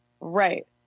right